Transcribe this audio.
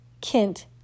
Kent